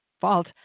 fault